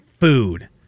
food